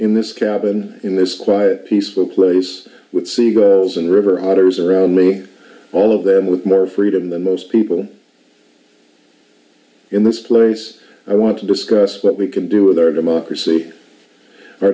in this cabin in this quiet peaceful place with sega and river otters around me all of them with more freedom than most people in this place i want to discuss what we can do with our democracy our